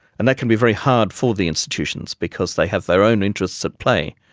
and that can be very hard for the institutions because they have their own interests at play,